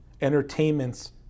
entertainments